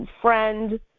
friend